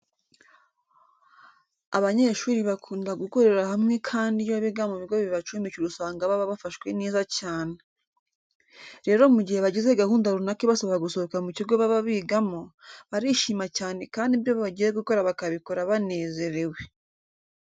Abanyeshuri bakunda gukorera hamwe kandi iyo biga mu bigo bibacumbikira usanga baba bafashwe neza cyane. Rero mu gihe bagize gahunda runaka ibasaba gusohoka mu kigo baba bigamo, barishima cyane kandi ibyo bagiye gukora bakabikora banezerewe.